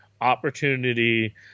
opportunity